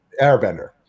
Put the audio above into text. Airbender